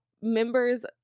members